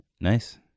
Nice